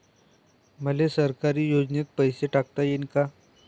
मले सरकारी योजतेन पैसा टाकता येईन काय?